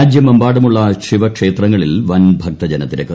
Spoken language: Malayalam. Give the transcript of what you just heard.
രാജ്യമെമ്പാടുമുള്ള ശിവക്ഷേത്രങ്ങളിൽ വൻ ഭക്തജനത്തിരക്ക്